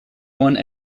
one